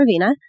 Ravina